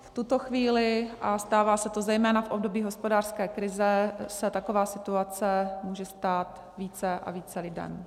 V tuto chvíli, a stává se to zejména v období hospodářské krize, se taková situace může stát více a více lidem.